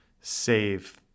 save